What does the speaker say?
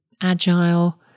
agile